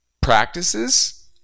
practices